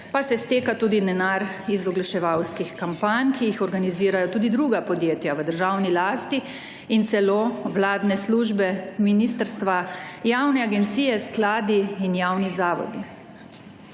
pa se steka tudi denar iz oglaševalskih kampanj, ki jih organizirajo tudi druga podjetja v državni lasti in celo vladne službe ministrstva, javne agencije, skladi in javni zavodi.